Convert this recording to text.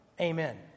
Amen